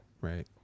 Right